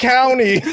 County